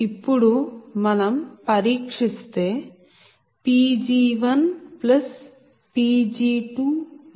ఇప్పుడు మనం పరీక్షిస్తేPg1Pg2 PLoss218